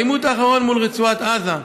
בעימות האחרון מול רצועת עזה,